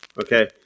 Okay